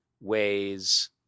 ways